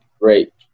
Great